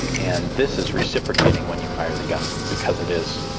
and this is reciprocating when you fire the gun because it is.